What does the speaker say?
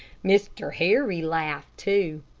mr. harry laughed, too.